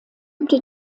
übte